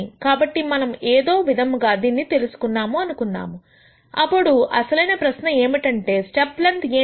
కాబట్టి మనం ఏదో విధముగా దీన్ని తెలుసుకున్నాము అనుకుందాం అప్పుడు అసలైన ప్రశ్న ఏమిటంటే స్టెప్ లెన్త్ ఏమిటి